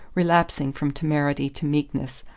relapsing from temerity to meekness,